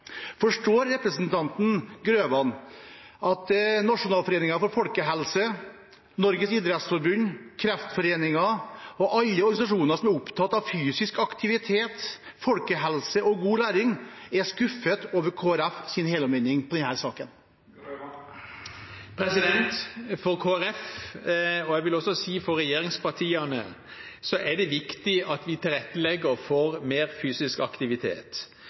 Forstår representanten Grøvan at Nasjonalforeningen for folkehelsen, Norges idrettsforbund, Kreftforeningen og alle organisasjoner som er opptatt av fysisk aktivitet, folkehelse og god læring, er skuffet over Kristelig Folkepartis helomvending i denne saken? For Kristelig Folkeparti – og jeg vil også si for regjeringspartiene – er det viktig at vi tilrettelegger for mer fysisk aktivitet,